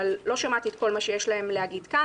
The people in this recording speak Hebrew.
אבל לא שמעתי את כל מה שיש להם להגיד כאן,